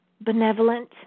benevolent